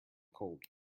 cold